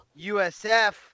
USF